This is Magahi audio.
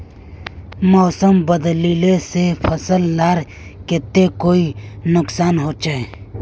मौसम बदलिले से फसल लार केते कोई नुकसान होचए?